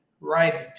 writing